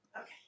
Okay